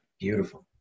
Beautiful